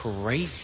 crazy